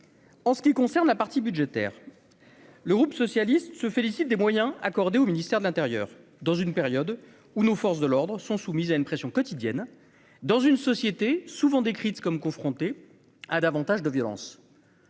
en ce qui concerne la partie budgétaire, le groupe socialiste se félicite des moyens accordés au ministère de l'Intérieur dans une période où nos forces de l'ordre sont soumises à une pression quotidienne dans une société, souvent décrite comme confrontée à davantage de violence.